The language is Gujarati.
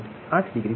8 ડિગ્રી મળશે